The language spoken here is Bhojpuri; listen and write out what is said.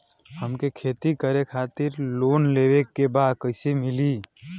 हमके खेती करे खातिर लोन लेवे के बा कइसे मिली?